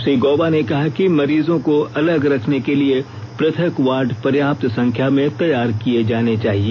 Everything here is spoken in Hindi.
श्री गौबा ने कहा कि मरीजों को अलग रखने के लिए पृथक वार्ड पर्याप्त संख्या में तैयार किए जाने चाहिए